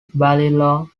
balliol